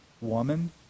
woman